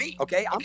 Okay